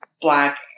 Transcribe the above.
black